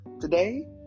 today